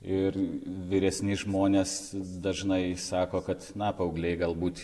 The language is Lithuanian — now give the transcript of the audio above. ir vyresni žmonės dažnai sako kad na paaugliai galbūt